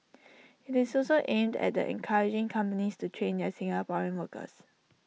IT is also aimed at encouraging companies to train their Singaporean workers